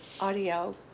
audio